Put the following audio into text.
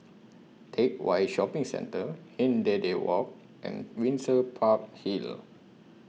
Teck Whye Shopping Centre Hindhede Walk and Windsor Park Hill